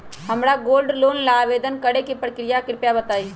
हमरा gold loan ला आवेदन करे के प्रक्रिया कृपया बताई